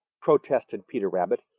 protested peter rabbit.